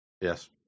Yes